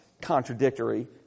contradictory